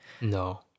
No